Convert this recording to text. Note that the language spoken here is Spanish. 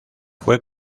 fue